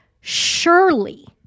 Surely